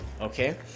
okay